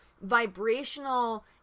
vibrational